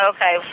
Okay